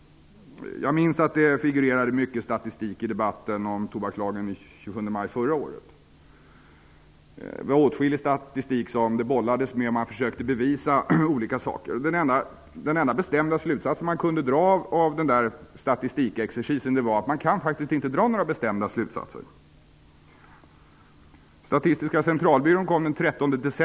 Jag minns att det figurerade mycket statistik i debatten om tobakslagen den 27 maj förra året. Det bollades med åtskillig statistik. Man försökte bevisa olika saker. Den enda bestämda slutsatsen man kunde dra av den där statistikexercisen var att man faktiskt inte kan dra några bestämda slutsatser.